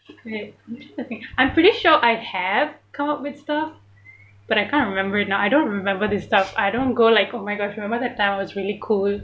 okay this is the thing I'm pretty sure I have come up with stuff but I can't remember it now I don't remember this stuff I don't go like oh my gosh remember that time was really cool